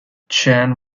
jahn